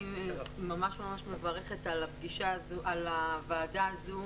אני ממש ממש מברכת על הוועדה הזו,